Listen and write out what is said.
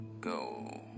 go